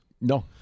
no